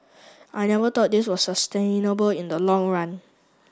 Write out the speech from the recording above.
I never thought this was sustainable in the long run